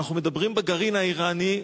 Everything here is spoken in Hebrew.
אנחנו מדברים בגרעין האירני,